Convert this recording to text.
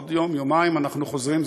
עוד יום-יומיים אנחנו חוזרים,